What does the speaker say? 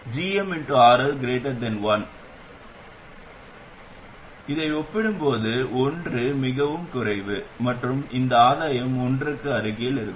gmRL 1 வகுப்பில் இருந்தால் gmRL உடன் ஒப்பிடும்போது 1 மிகக் குறைவு மற்றும் இந்த ஆதாயம் 1 க்கு அருகில் இருக்கும்